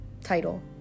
title